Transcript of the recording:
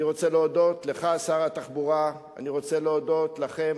אני רוצה להודות לך, שר התחבורה.